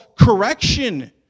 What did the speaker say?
correction